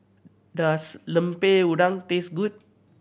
does Lemper Udang taste good